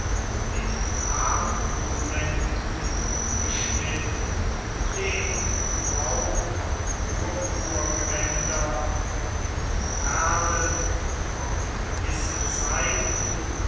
den grabmonumenten beschnitt den gebrauch von purpurgewändern und perlen auf gewisse zeiten